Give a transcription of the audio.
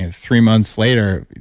and three months later,